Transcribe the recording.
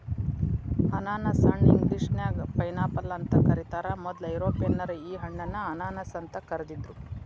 ಅನಾನಸ ಹಣ್ಣ ಇಂಗ್ಲೇಷನ್ಯಾಗ ಪೈನ್ಆಪಲ್ ಅಂತ ಕರೇತಾರ, ಮೊದ್ಲ ಯುರೋಪಿಯನ್ನರ ಈ ಹಣ್ಣನ್ನ ಅನಾನಸ್ ಅಂತ ಕರಿದಿದ್ರು